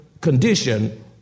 condition